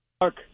Mark